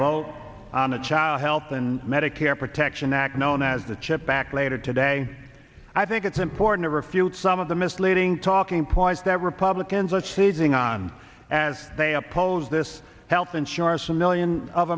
vote on a child health and medicare protection act known as the chip back later today i think it's important to refute some of the misleading talking points that republicans are choosing on as they oppose this health insurance for million of